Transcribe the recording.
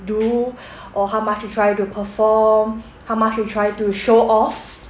do or how much you try to perform how much you try to show off